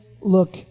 look